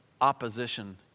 opposition